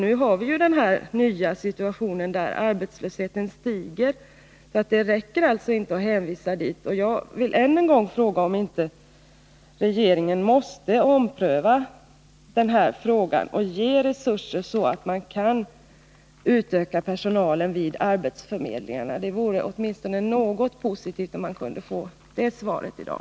Nu har vi ju en ny situation, som innebär att arbetslösheten stiger. Det räcker alltså inte med att hänvisa till ADB. Jag vill ännu en gång fråga om inte regeringen måste ompröva denna fråga och ge resurser, så att man kan utöka personalen vid arbetsförmedlingarna. Det vore åtminstone något positivt om man kunde få ett sådant svar i dag.